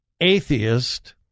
atheist